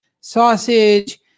sausage